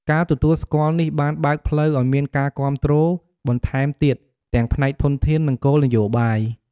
ការទទួលស្គាល់នេះបានបើកផ្លូវឲ្យមានការគាំទ្របន្ថែមទៀតទាំងផ្នែកធនធាន និងគោលនយោបាយ។